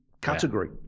category